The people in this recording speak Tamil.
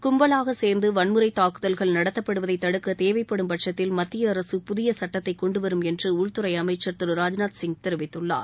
கும்பலாக சேர்ந்து வன்முறை தாக்குதல்கள் நடத்தப்படுவதைத் தடுக்க தேவைப்படும் பட்சத்தில் மத்திய அரசு புதிய சுட்டத்தை கொண்டு வரும் என்று உள்துறை அமைச்சர் திரு ராஜ்நாத் சிங் தெரிவித்துள்ளார்